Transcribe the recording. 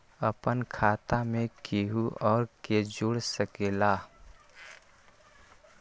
अपन खाता मे केहु आर के जोड़ सके ला?